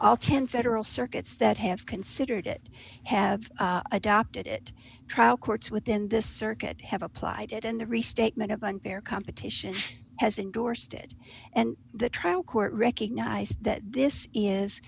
all ten federal circuits that have considered it have adopted it trial courts within this circuit have applied it and the restatement of unfair competition has endorsed it and the trial court recognized that this is